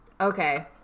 Okay